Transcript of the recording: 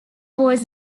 was